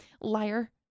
Liar